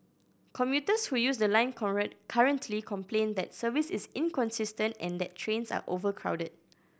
commuters who use the line currently complain that service is inconsistent and that trains are overcrowded